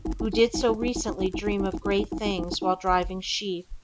who did so recently dream of great things while driving sheep.